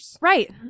Right